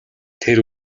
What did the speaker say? тэр